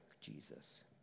Jesus